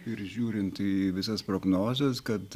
ir žiūrint į visas prognozes kad